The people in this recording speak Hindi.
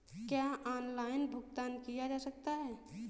क्या ऑनलाइन भुगतान किया जा सकता है?